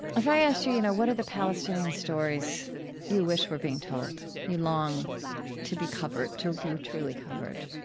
if i ask you, you know, what are the palestinians' stories you wish were being told? you long to be covered, to be truly covered?